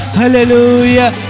hallelujah